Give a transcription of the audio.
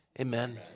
Amen